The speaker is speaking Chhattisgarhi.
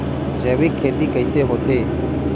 जैविक खेती कइसे होथे?